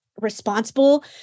responsible